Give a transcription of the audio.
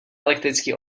elektrický